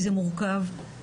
זה מורכב.